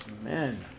Amen